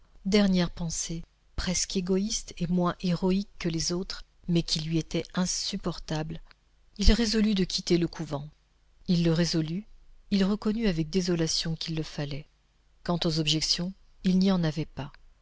dernière pensée presque égoïste et moins héroïque que les autres mais qui lui était insupportable il résolut de quitter le couvent il le résolut il reconnut avec désolation qu'il le fallait quant aux objections il n'y en avait pas